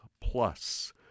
plus